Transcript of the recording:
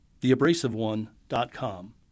Theabrasiveone.com